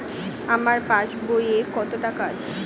আমার পাস বইয়ে কত টাকা আছে?